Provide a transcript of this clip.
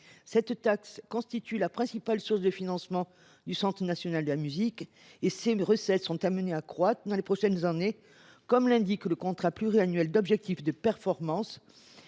Cette taxe constitue la principale source de financement du CNM. Ses recettes sont amenées à croître dans les prochaines années, comme l’indique le contrat pluriannuel d’objectifs et de performance